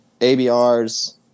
ABR's –